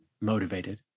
motivated